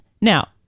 now